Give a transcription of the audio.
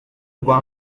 rwa